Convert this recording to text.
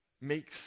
makes